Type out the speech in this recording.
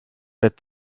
that